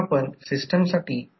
तर ते इंडक्टन्सने दाखविले जाऊ शकते